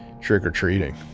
trick-or-treating